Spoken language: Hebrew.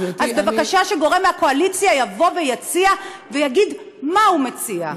בבקשה שגורם מהקואליציה יבוא ויציע ויגיד מה הוא מציע.